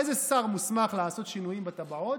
איזה שר מוסמך לעשות שינויים בטבעות?